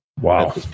Wow